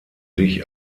sich